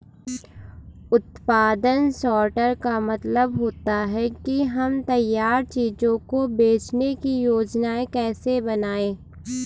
उत्पादन सॉर्टर का मतलब होता है कि हम तैयार चीजों को बेचने की योजनाएं कैसे बनाएं